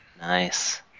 Nice